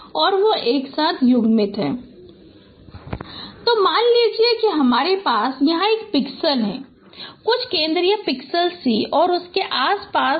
px y 1 if pxp 0 otherwise तो मान लीजिए कि हमारे पास यहाँ एक पिक्सेल है कुछ केंद्रीय पिक्सेल c और उसके आस पास के